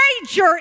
major